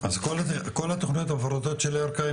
אז כל התוכניות המפורטות של ירכא,